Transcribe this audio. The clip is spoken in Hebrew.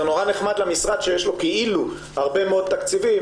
זה נורא נחמד למשרד שיש לו כאילו הרבה מאוד תקציבים,